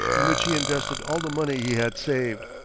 in which he invested all the money he had saved.